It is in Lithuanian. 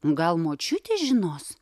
gal močiutė žinos